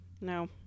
No